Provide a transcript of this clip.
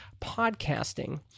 podcasting